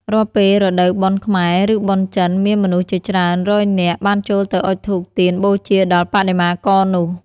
រាល់ពេលរដូវបុណ្យខ្មែរ ឬបុណ្យចិន មានមនុស្សជាច្រើនរយនាក់ បានចូលទៅអុជធូបទៀនបូជាដល់បដិមាករនោះ។